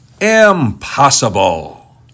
Impossible